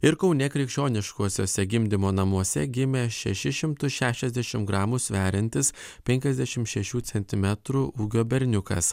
ir kaune krikščioniškuosiuose gimdymo namuose gimė šešis šimtus šešiasdešim gramų sveriantis penkiasdešim šešių centimetrų ūgio berniukas